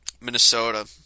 Minnesota